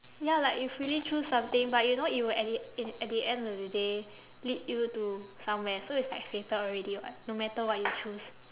ya like you freely choose something but you know it will at the in at the end of the day lead you to somewhere so it's like fated already [what] no matter what you choose